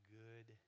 good